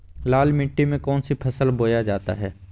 लाल मिट्टी में कौन सी फसल बोया जाता हैं?